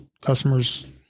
customers